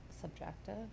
subjective